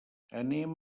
anem